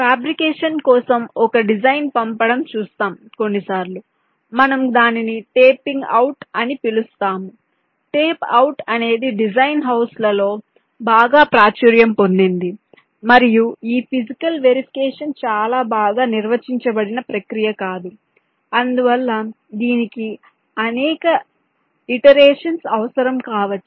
fabrication కోసం ఒక design పంపడం చూస్తాం కొన్నిసార్లు మనము దానిని టేపింగ్ అవుట్ అని పిలుస్తాము టేప్ అవుట్ అనేది డిజైన్ హౌస్లలో బాగా ప్రాచుర్యం పొందింది మరియు ఈ ఫీజికల్ వెరిఫికేషన్ చాలా బాగా నిర్వచించబడిన ప్రక్రియ కాదు అందువల్ల దీనికి అనేక ఇటరేషన్స్ అవసరం కావచ్చు